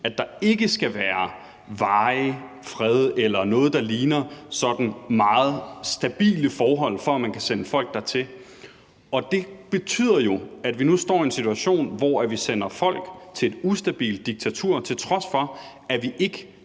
at der ikke skal være varig fred eller noget, der ligner sådan meget stabile forhold, for at man kan sende folk dertil. Det betyder jo, at vi nu står i en situation, hvor vi sender folk til et ustabilt diktatur, til trods for at vi ikke